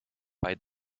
bei